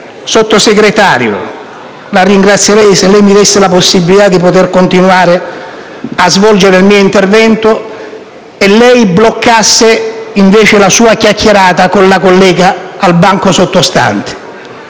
Sottosegretario, la ringrazierei se mi desse la possibilità di continuare a svolgere il mio intervento e bloccasse, invece, la sua chiacchierata con la collega nel banco sottostante